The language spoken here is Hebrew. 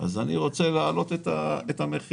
אז אני רוצה להעלות את המחיר,